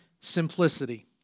simplicity